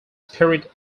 spirit